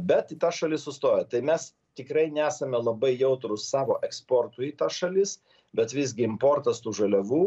bet ta šalis sustojo tai mes tikrai nesame labai jautrūs savo eksportui į tas šalis bet visgi importas tų žaliavų